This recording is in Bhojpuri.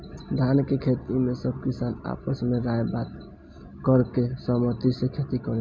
धान के खेती में सब किसान आपस में राय बात करके सहमती से खेती करेलेन